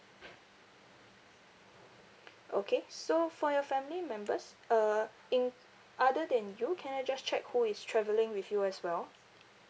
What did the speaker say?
okay so for your family members uh inc~ other than you can I just check who is travelling with you as well